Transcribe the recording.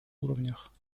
уровнях